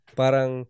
parang